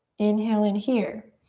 inhale in here.